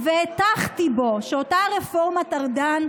אני עליתי כאן לבימת הכנסת